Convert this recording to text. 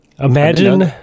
Imagine